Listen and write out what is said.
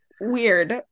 weird